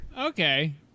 Okay